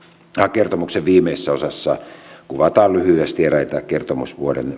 kertomuksen viimeisessä osassa kuvataan lyhyesti myös eräitä kertomusvuoden